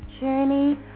journey